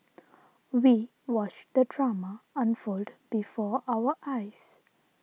we watched the drama unfold before our eyes